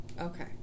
okay